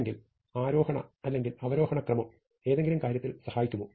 ഉണ്ടെങ്കിൽ ആരോഹണ അല്ലെങ്കിൽ അവരോഹണ ക്രമം ഏതെങ്കിലും കാര്യത്തിൽ സഹായിക്കുമോ